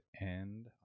end